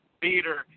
theater